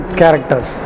characters